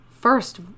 First